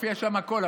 מופיע שם הכול,